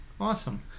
awesome